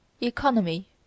economy